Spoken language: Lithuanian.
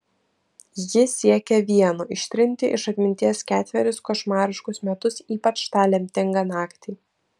ji siekė vieno ištrinti iš atminties ketverius košmariškus metus ypač tą lemtingą naktį